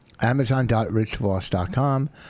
Amazon.richvoss.com